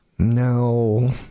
No